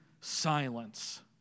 silence